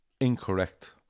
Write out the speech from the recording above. Incorrect